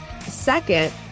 Second